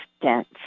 dense